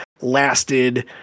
lasted